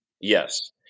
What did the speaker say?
Yes